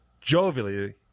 jovially